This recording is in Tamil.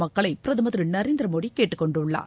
மக்களை பிரதமர் திரு நரேந்திரமோடி கேட்டுக் கொண்டுள்ளார்